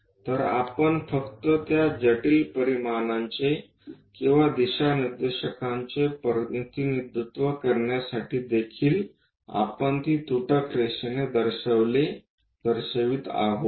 तर आपण फक्त त्या जटिल परिमाणांचे किंवा दिशानिर्देशांचे प्रतिनिधित्व करण्यासाठी देखील आपण ती तुटक रेषाने दर्शवित आहोत